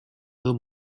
her